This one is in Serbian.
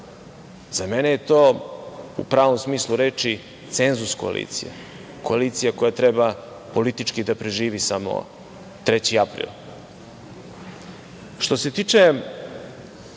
Za mene je to, u pravom smislu reči, cenzus-koalicija, koalicija koja treba politički da preživi samo 3. april. Što